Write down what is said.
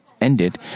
ended